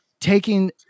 taking